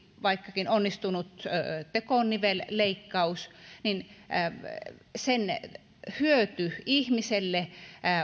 vaikkakin tekonivelleikkaus on onnistunut erinomaisesti sen hyöty ihmiselle